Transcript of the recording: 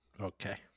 Okay